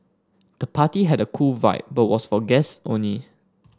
the party had a cool vibe but was for guests only